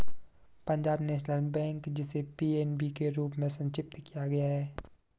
Punjab national bank, जिसे PNB के रूप में संक्षिप्त किया गया है